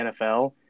NFL –